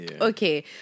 Okay